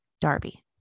Darby